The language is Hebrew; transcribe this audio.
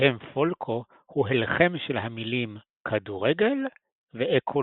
השם פולקו הוא הלחם של המילים כדורגל ואקולוגיה.